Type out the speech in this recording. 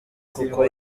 kuko